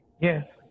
Yes